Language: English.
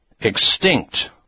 extinct